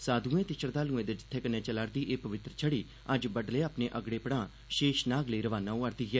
साघुएं ते श्रद्वालुएं दे जत्थे कन्नै चला'रदी एह् पवित्तर छड़ी अज्ज बड्डलै अपने अगड़े पड़ां शेषनाग लेई रवाना होआ'रदी ऐ